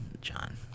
John